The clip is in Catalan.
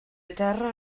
terra